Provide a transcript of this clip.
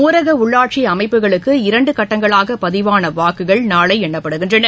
ஊரக உள்ளாட்சி அமைப்புகளுக்கு இரண்டு கட்டங்களாக பதிவான வாக்குகள் நாளை எண்ணப்படுகின்றன